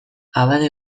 abade